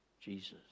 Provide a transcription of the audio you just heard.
Jesus